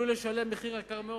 לשלם מחיר יקר מאוד.